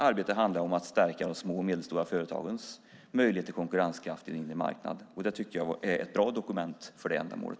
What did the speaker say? Arbetet handlar om att stärka de små och medelstora företagens tillgång till en konkurrenskraftig inre marknad. Det här är ett bra dokument för det ändamålet.